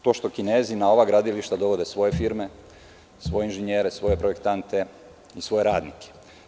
To što Kinezi na ova gradilišta dovode svoje firme, svoje inženjere, svoje projektante i svoje radnike.